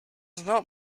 not